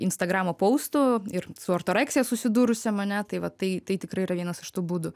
instagramo poustų ir su ortoreksija susidūrusiam ane tai va tai tai tikrai yra vienas iš tų būdų